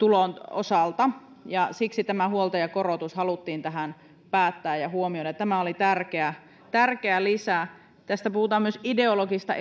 osalta siksi tämä huoltajakorotus haluttiin tähän huomioida tämä oli tärkeä tärkeä lisä tässä puhutaan myös ideologisista